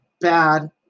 bad